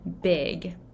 big